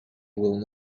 will